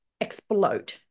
explode